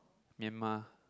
Myanmar